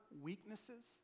weaknesses